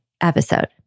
episode